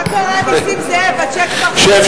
מה קרה, נסים זאב, הצ'ק כבר חתום?